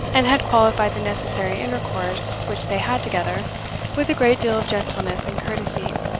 and had qualified the necessary intercourse which they had together with a great deal of gentleness and courtesy,